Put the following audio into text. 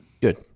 Good